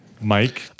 Mike